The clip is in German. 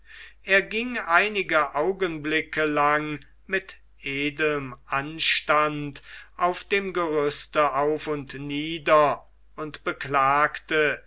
er ging einige augenblicke lang mit edlem anstand auf dem gerüste auf und nieder und beklagte